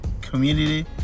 community